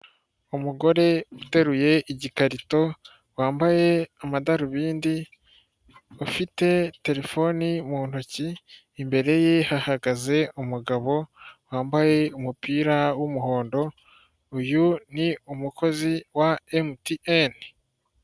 Umugore uteruye igikarito, wambaye amadarubindi, ufite terefone mu ntoki, imbere ye hahagaze umugabo wambaye umupira w'umuhondo, uyu ni umukozi wa MTN.